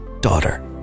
Daughter